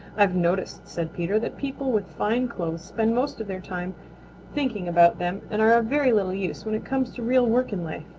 i've noticed, said peter, that people with fine clothes spend most of their time thinking about them and are of very little use when it comes to real work in life.